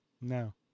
No